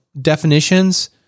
definitions